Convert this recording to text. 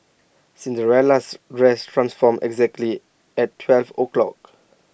Cinderella's dress transformed exactly at twelve o'clock